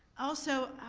also